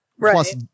Plus